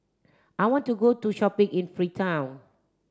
I want to go to shopping in Freetown